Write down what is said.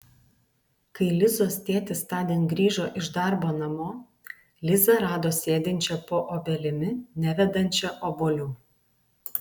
kai lizos tėtis tądien grįžo iš darbo namo lizą rado sėdinčią po obelimi nevedančia obuolių